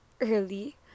early